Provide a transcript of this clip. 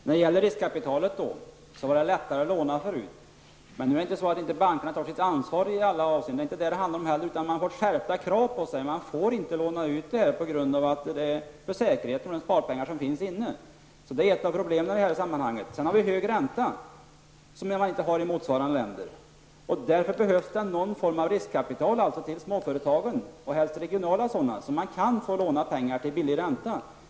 Herr talman! Beträffande riskkapitalet kan man konstatera att det tidigare var lättare att låna. Men det handlar inte om att bankerna inte i alla avseenden tar sitt ansvar. Kraven har blivit hårdare. Man får inte låna ut med tanke på säkerheten för de sparpengar som finns inne. Detta är ett av problemen i sammanhanget. Sedan har vi en hög ränta, något som inte finns i motsvarande länder. Därför behövs det någon form av riskkapital för småföretagen, helst till regionala sådana. Man måste få låna pengar till låg ränta.